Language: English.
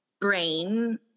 brain